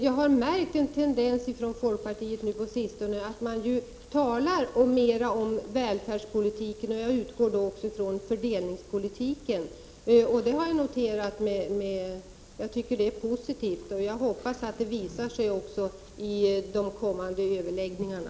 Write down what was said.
Jag har märkt en tendens hos folkpartiet nu på sistone, nämligen att man talar mera om välfärdspolitiken, och jag utgår då från att det också gäller fördelningspolitiken. Det tycker jag är positivt, och jag hoppas att det visar sig också i de kommande överläggningarna.